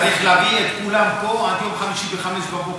צריך להביא את כולם לפה עד יום חמישי ב-05:00,